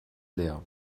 leer